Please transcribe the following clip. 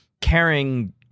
caring